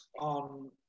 on